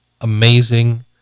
amazing